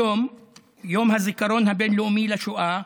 היום יום הזיכרון הבין-לאומי לשואה,